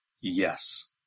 yes